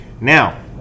Now